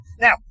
Now